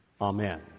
Amen